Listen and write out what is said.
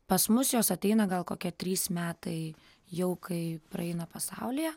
pas mus jos ateina gal kokie trys metai jau kai praeina pasaulyje